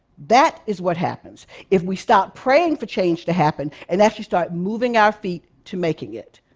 that is what happens if we stop praying for change to happen and actually start moving our feet to making it.